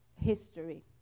history